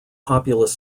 populous